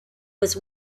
was